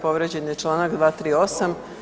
Povrijeđen je članak 238.